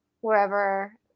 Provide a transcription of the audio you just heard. wherever